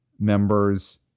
members